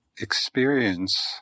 experience